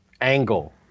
angle